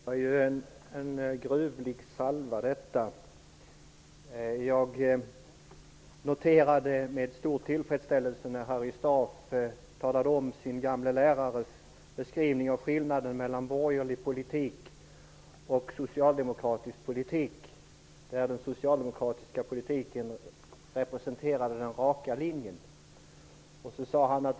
Herr talman! Det var en gruvlig salva. Jag noterade med stor tillfredsställelse att Harry Staaf berättade om sin gamle lärares beskrivning av skillnaden mellan borgerlig politik och socialdemokratisk politik, där den raka linjen representerade den socialdemokratiska politiken.